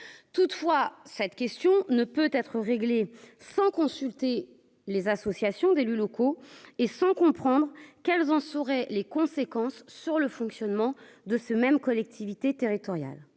toutefois, cette question ne peut être réglée sans consulter les associations d'élus locaux et sans comprendre quelles en seraient les conséquences sur le fonctionnement de ce même collectivité territoriale,